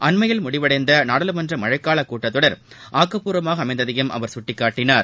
அண்மையில் முடிவடைந்த நாடாளுமன்றத்தின் மழைக்கூட்டத் தொடர் ஆக்கப்பூர்வமாக அமைந்ததையும் அவர் சுட்டிக்காட்டினார்